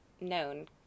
known